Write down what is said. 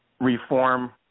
reform